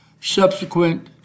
Subsequent